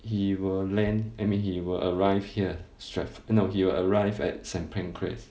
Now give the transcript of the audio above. he will land I mean he will arrive here strath~ no he will arrive at saint pancras